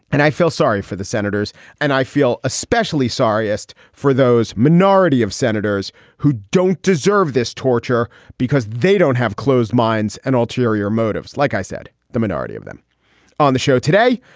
and i feel sorry for the senators and i feel especially sorriest for those minority of senators who don't deserve this torture because they don't have closed minds and ulterior motives. like i said, the minority of them on the show today.